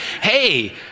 hey